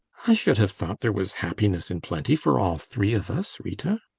i should have thought there was happiness in plenty for all three of us, rita.